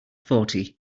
forty